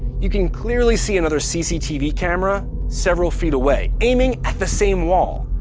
you can clearly see another cctv camera several feet away aiming at the same wall.